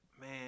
man